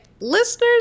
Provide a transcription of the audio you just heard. listeners